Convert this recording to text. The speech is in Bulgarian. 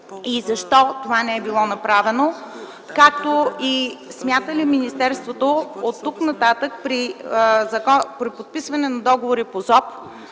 и защо това не е било направено? Смята ли министерството оттук нататък при подписване на договори по ЗОП